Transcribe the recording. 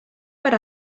para